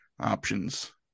options